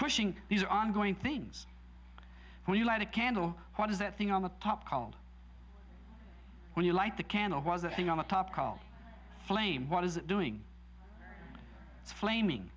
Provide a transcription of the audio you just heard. pushing these are ongoing things when you light a candle what is that thing on the top called when you light the candle was the thing on the top called flame what is it doing flaming